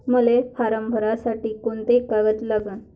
मले फारम भरासाठी कोंते कागद लागन?